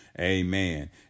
Amen